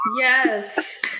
Yes